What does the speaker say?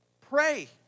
Pray